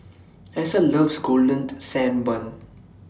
Allyssa loves Golden Sand Bun